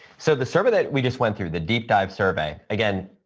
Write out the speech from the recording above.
so, the survey that we just went through, the deep dive survey, again,